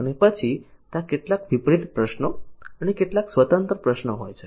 અને પછી ત્યાં કેટલાક વિપરીત પ્રશ્નો અને કેટલાક સ્વતંત્ર પ્રશ્નો હોય છે